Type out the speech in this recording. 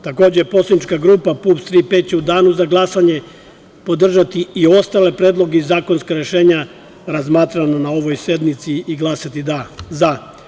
Takođe, poslanička grupa PUPS „Tri P“ će u danu za glasanje podržati i ostale predloge i zakonska rešenja, razmatrana na ovoj sednici i glasati za.